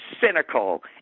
cynical